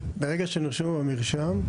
ברגע שנרשמו במרשם,